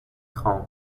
خواهم